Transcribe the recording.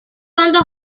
fondo